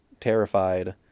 terrified